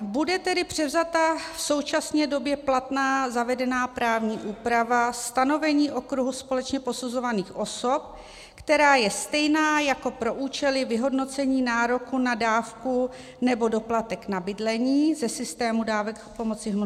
Bude tedy převzata v současné době platná zavedená právní úprava stanovení okruhu společně posuzovaných osob, která je stejná jako pro účely vyhodnocení nároku na dávku nebo doplatek na bydlení ze systému dávek pomoci v hmotné nouzi.